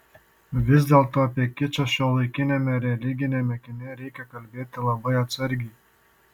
vis dėlto apie kičą šiuolaikiniame religiniame kine reikia kalbėti labai atsargiai